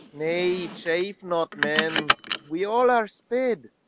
nay, chafe not, man we all are sped.